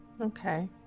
Okay